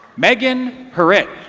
megan corret